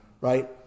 right